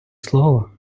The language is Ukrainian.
слово